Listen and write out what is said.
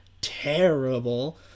terrible